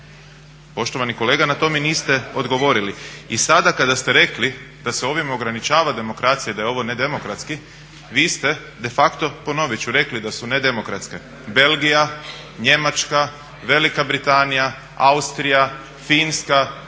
Poštovani kolega, na to mi niste odgovorili. I sada kada ste rekli da se ovim ograničava demokracija i da je ovo nedemokratski vi ste de facto ponovit ću, rekli da su nedemokratske Belgija, Njemačka, Velika Britanija, Austrija, Finska,